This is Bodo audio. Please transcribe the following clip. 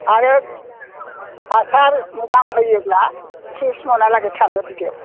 आरो हासार मोजां होयोब्ला त्रिस मनालागि थाङो बिगायाव